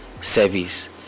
service